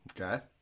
okay